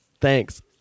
Thanks